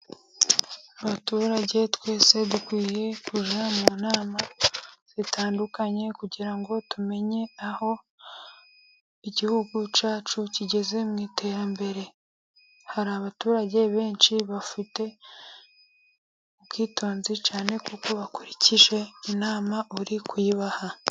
Abaturage twese dukwiye kujya mu nama zitandukanye, kugira ngo tumenye aho igihugu cyacu kigeze mu iterambere, hari abaturage benshi bafite ubwitonzi cyane kuko bakurikiye inama uri kuyibaha.